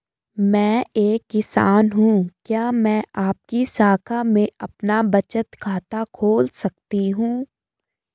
मैं एक किसान हूँ क्या मैं आपकी शाखा में अपना बचत खाता खोल सकती हूँ?